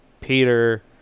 Peter